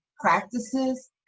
practices